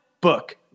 book